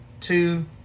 two